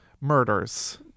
murders